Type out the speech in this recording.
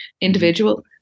individual